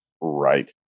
Right